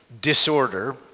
disorder